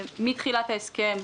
מתחילת ההסכם,